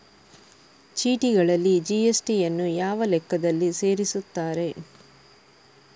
ಚೀಟಿಗಳಲ್ಲಿ ಜಿ.ಎಸ್.ಟಿ ಯನ್ನು ಯಾವ ಲೆಕ್ಕದಲ್ಲಿ ಸೇರಿಸುತ್ತಾರೆ?